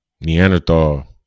Neanderthal